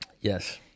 Yes